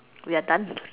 we are done